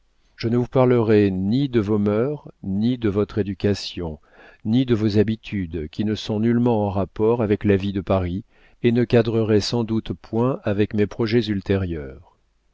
je ne vous parlerai ni de vos mœurs ni de votre éducation ni de vos habitudes qui ne sont nullement en rapport avec la vie de paris et ne cadreraient sans doute point avec mes projets ultérieurs